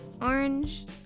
Orange